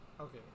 Okay